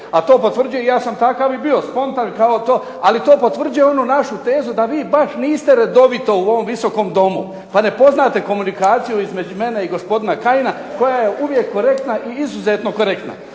a to potvrđuje i ja sam takav i bio, spontan. Ali to potvrđuje onu našu tezu da vi baš niste redovito u ovom Visokom domu pa ne poznate komunikaciju između mene i gospodina Kajina koja je uvijek korektna i izuzetno korektna.